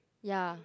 ya